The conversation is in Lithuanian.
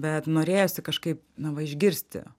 bet norėjosi kažkaip na va išgirsti